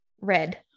red